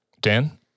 Dan